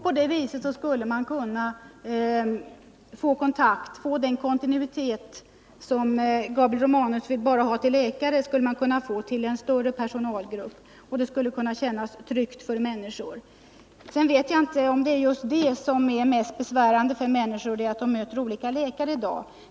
På det viset skulle man kunna få den kontinuitet som Gabriel Romanus vill ha när det gäller läkare även i fråga om en större personalgrupp. Det skulle kännas tryggt för människorna. Sedan vet jag inte om det mest besvärande för människorna är att de möter olika läkare.